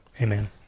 Amen